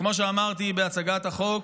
וכמו שאמרתי בהצגת החוק,